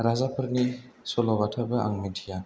राजाफोरनि सल' बाथाबो आं मिन्थिया